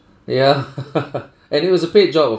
ya and it was a paid job